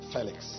Felix